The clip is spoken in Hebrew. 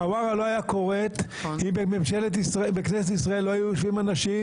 חווארה לא הייתה קורית אם בכנסת ישראל לא היו יושבים אנשים